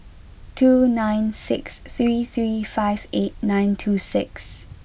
two nine six three three five eight nine two six